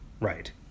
right